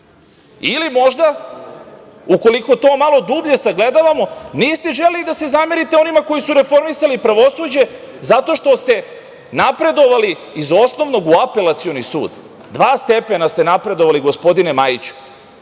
Možda, ukoliko to malo dublje sagledavamo, niste želeli da se zamerite onima koji su reformisali pravosuđe zato što ste napredovali iz osnovnog u apelacioni sud. Dva stepena ste napredovali, gospodine Majiću,